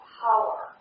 power